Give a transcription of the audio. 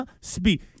speak